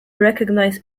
recognize